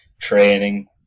training